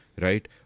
Right